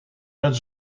met